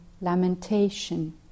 lamentation